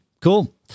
Cool